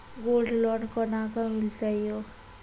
Gold loan कोना के मिलते यो?